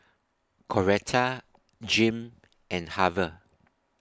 Coretta Jim and Harve